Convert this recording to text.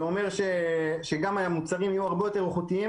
זה אומר שהמוצרים יהיו הרבה יותר איכותיים,